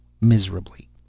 miserably